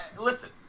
Listen